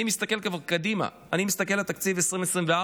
אני כבר מסתכל קדימה, אני מסתכל על תקציב 2024,